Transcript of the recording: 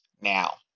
Now